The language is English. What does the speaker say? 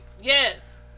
yes